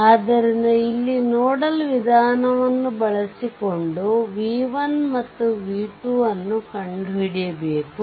ಆದ್ದರಿಂದ ಇಲ್ಲಿ ನೋಡಲ್ ವಿಧಾನವನ್ನು ಬಳಸಿಕೊಂಡು v1 ಮತ್ತು v2 ಅನ್ನು ಕಂಡುಹಿಡಿಯಬೇಕು